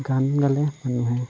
গান গালে মানুহে